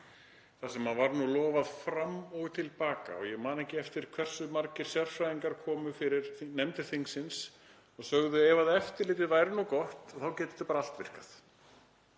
Þar var lofað fram og til baka og ég man ekki hversu margir sérfræðingar komu fyrir nefndir þingsins og sögðu: Ef eftirlitið væri nú gott þá getur þetta bara allt virkað.